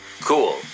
Cool